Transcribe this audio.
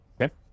Okay